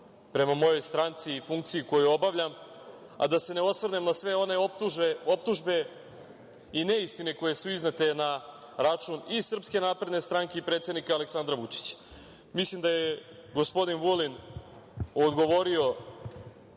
prema mojoj stranci i funkciji koju obavljam, da se ne osvrnem na sve one optužbe i neistine koje su iznete na račun i SNS i predsednika Aleksandra Vučića. Mislim da je gospodin Vulin odgovorio